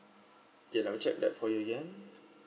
okay I'll doublecheck that for you again